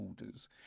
orders